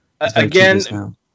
Again